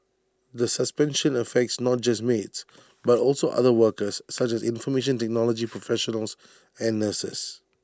the suspension affects not just maids but also other workers such as information technology professionals and nurses